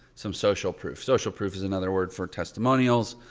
some social proof. social proof is another word for testimonials.